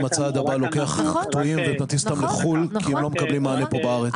"הצעד הבא" לוקח קטועים ומטיס אותם לחו"ל כי הם לא מקבלים מענה פה בארץ.